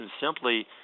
simply